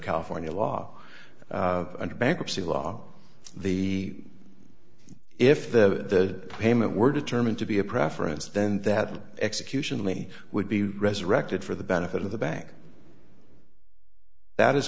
california law under bankruptcy law the if the payment were determined to be a preference then that execution only would be resurrected for the benefit of the bank that is